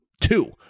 two